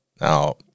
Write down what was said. Now